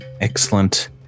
Excellent